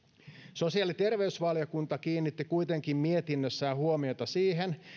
sosiaali ja terveysvaliokunta kiinnitti kuitenkin mietinnössään huomiota siihen